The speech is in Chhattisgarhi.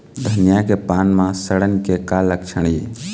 धनिया के पान म सड़न के का लक्षण ये?